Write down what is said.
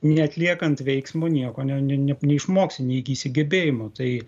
neatliekant veiksmo nieko ne ne neišmoksi neįgysi gebėjimo tai